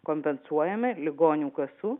kompensuojami ligonių kasų